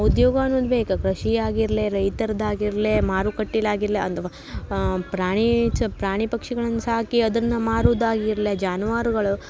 ಉದ್ಯೋಗ ಅನ್ನೂದು ಬೇಕು ಕೃಷಿ ಆಗಿರಲಿ ರೈತರದ್ದು ಆಗಿರಲಿ ಮಾರುಕಟ್ಟಿಲಿ ಆಗಿರಲಿ ಅಥ್ವಾ ಪ್ರಾಣಿ ಚ ಪ್ರಾಣಿ ಪಕ್ಷಿಗಳನ್ನು ಸಾಕಿ ಅದನ್ನು ಮಾರುದಾಗಿರಲಿ ಜಾನುವಾರುಗಳು